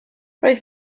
roedd